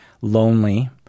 lonely